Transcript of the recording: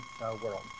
world